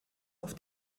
auf